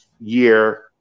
year